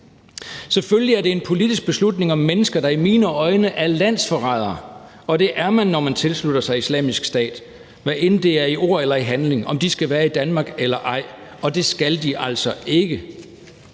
Selvfølgelig er det en politisk beslutning, om mennesker, der i mine øjne er landsforrædere – og det er man, når man tilslutter sig Islamisk Stat, hvad enten det er i ord eller handling – skal være i Danmark eller ej, og det skal de altså ikke.